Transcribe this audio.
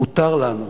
מותר לנו.